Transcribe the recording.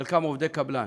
חלקם עובדי קבלן,